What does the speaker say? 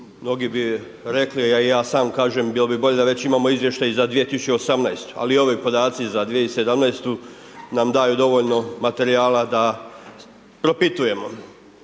Mnogi bi rekli, a i ja sam kažem, bilo bi bolje da već imamo izvještaj za 2018. ali i ovi podaci za 2017. nam daju dovoljno materijala da propitujemo,